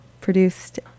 produced